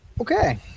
Okay